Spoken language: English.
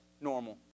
normal